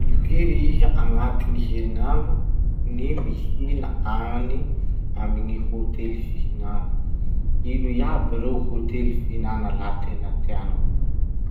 Impiry iha agnatin'ny herinandro ny mihina any amin'ny hotely fihinana? Ino iaby ireo hotely fihinana la tena tianao?